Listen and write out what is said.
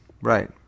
Right